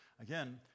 Again